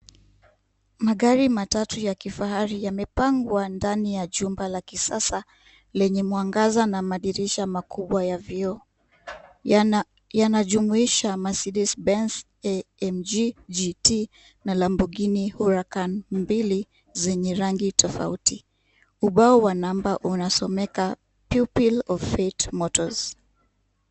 Magari matatu ya kifahari yamepangwa ndani ya jumba la kisasa lenye mwangaza na madirisha makubwa ya vioo yanajumuisha Mercedes-Benz AMGGT na Lamborghini Hurracan mbili zenye rangi tofauti. Ubao wa namba unasomeka Pupil Of Faith Motors.